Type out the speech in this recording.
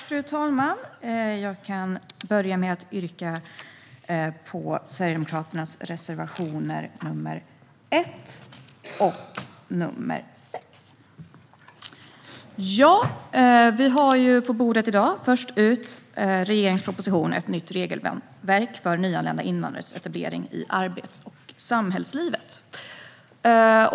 Fru talman! Jag börjar med att yrka bifall till Sverigedemokraternas reservationer 1 och 6. Först ut på bordet i dag har vi regeringens proposition Ett nytt regelverk för nyanlända invandrares etablering i arbets och samhällslivet .